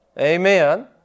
Amen